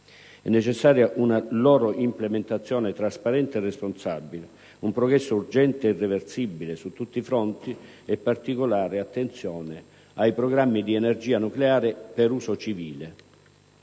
È necessaria una loro implementazione trasparente e responsabile, un progresso urgente e irreversibile su tutti i fronti, e particolare attenzione ai programmi di energia nucleare per uso civile,